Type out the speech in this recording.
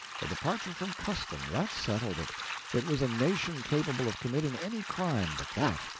a departure from custom that settled it it was a nation capable of committing any crime but that.